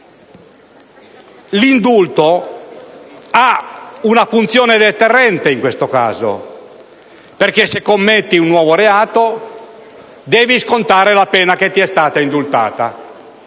L'indulto ha una funzione deterrente in questo caso, perché se commetti un nuovo reato devi scontare la pena che ti è stata indultata.